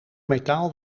metaal